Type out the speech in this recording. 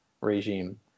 regime